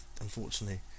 unfortunately